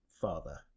father